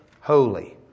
holy